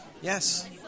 Yes